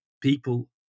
people